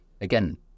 again